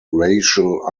racial